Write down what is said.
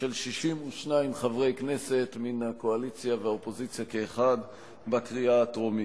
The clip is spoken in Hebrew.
של 62 חברי כנסת מן הקואליציה והאופוזיציה כאחד בקריאה הטרומית.